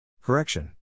Correction